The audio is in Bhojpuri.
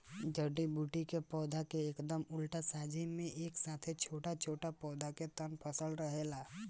जड़ी बूटी के पौधा के एकदम उल्टा झाड़ी में एक साथे छोट छोट पौधा के तना फसल रहेला